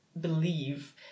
believe